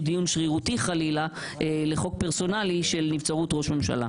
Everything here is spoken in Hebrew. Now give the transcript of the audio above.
דיון שרירותי חלילה לחוק פרסונלי של נבצרות ראש ממשלה.